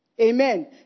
Amen